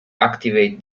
activate